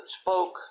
spoke